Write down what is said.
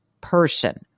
person